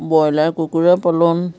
broiler কুকুৰা পালন